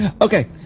Okay